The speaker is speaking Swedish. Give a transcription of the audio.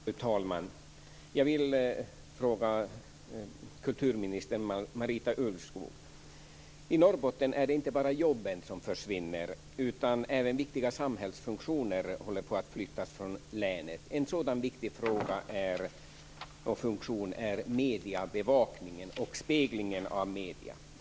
Fru talman! Jag vill ställa en fråga till kulturminister Marita Ulvskog. I Norrbotten är det inte bara jobben som försvinner utan även viktiga samhällsfunktioner håller på att flyttas från länet. En sådan viktig funktion är mediebevakningen och speglingen av medierna.